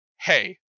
hey